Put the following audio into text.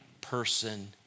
person